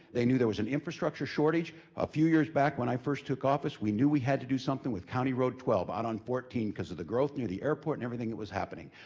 they knew there was an infrastructure shortage, a few years back when i first took office we knew we had to do something with county road twelve, out on fourteen, because of the growth near the airport and everything that was happening.